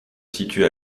situe